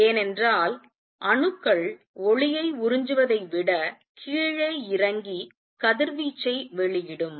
ஏனென்றால் அணுக்கள் ஒளியை உறிஞ்சுவதை விட கீழே இறங்கி கதிர்வீச்சை வெளியிடும்